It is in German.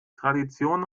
tradition